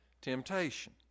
temptation